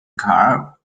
car